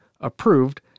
approved